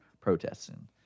protesting